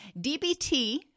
DBT